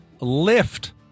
lift